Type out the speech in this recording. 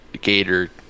Gator